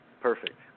Perfect